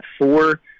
four